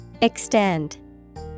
Extend